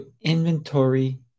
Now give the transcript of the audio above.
inventory